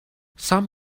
some